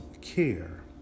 care